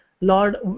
Lord